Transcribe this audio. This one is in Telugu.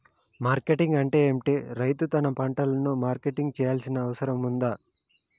మార్కెటింగ్ అంటే ఏమిటి? రైతు తన పంటలకు మార్కెటింగ్ చేయాల్సిన అవసరం ఉందా?